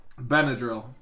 Benadryl